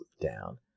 down